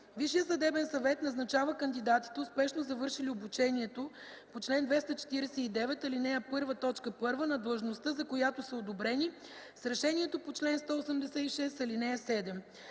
Висшият съдебен съвет назначава кандидатите, успешно завършили обучението по чл. 249, ал. 1, т. 1 на длъжността, за която са одобрени с решението по чл. 186, ал. 7.